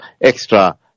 extra